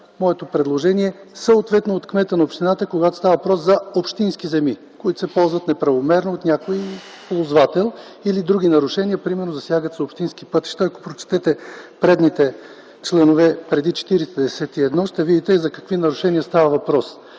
Моето предложение е съответно кметът на общината да налага тези санкции, когато става въпрос за общински земи, които се ползват неправомерно от някой ползвател или други нарушения, примерно засягат се общински пътища. Ако прочетете предните членове – преди чл. 41, ще видите за какви нарушения става въпрос.